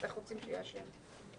איך רוצים שיהיה השם?